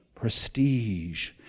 prestige